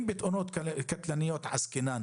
אם בתאונות קטלניות עסקינן